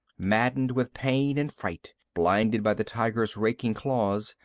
maddened with pain and fright, blinded by the tiger's raking claws,